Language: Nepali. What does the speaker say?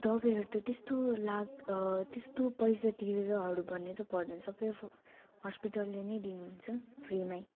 दबाईहरू त त्यस्तो लाग त्यस्तो पैसा तिरेरहरू भन्ने त पर्दैन सबै हस्पिटलले नै दिनुहुन्छ फ्रीमै